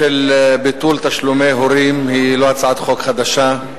ביטול תשלומי הורים היא לא הצעת חוק חדשה,